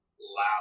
loud